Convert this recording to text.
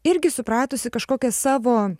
irgi supratusi kažkokias savo